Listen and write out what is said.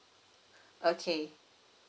okay